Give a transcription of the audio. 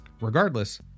Regardless